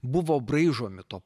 buvo braižomi to